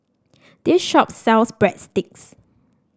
this shop sells Breadsticks